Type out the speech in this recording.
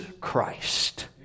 Christ